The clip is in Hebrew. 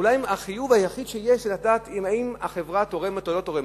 אולי החיוב היחיד שיש הוא לדעת אם החברה תורמת או לא תורמת.